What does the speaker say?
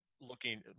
looking